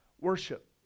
Worship